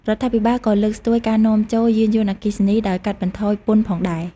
រដ្ឋាភិបាលក៏លើកស្ទួយការនាំចូលយានយន្តអគ្គីសនី ដោយកាត់បន្ថយពន្ធផងដែរ។